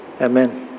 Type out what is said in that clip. Amen